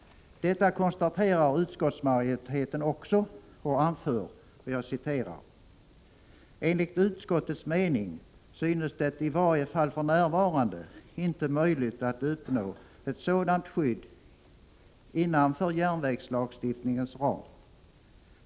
Detta konstaterar utskottsmajoriteten också och anför: ”Enligt utskottets mening synes det i varje fall för närvarande inte möjligt att uppnå ett sådant skydd innanför järnvägslagstiftningens ram.